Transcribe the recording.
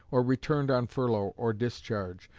or returned on furlough or discharge,